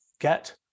get